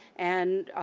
and